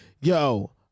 yo